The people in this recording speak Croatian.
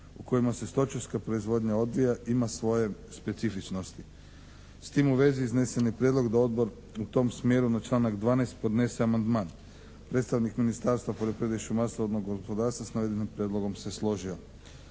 u kojima se stočarska proizvodnja odvija, ima svoje specifičnosti. S tim u vezi izneseni prijedlog da odbor u tom smjeru na članak 12. podnese amandman. Predstavnik Ministarstva poljoprivrede i šumarstva i vodnog gospodarstva s navedenim prijedlogom se složio.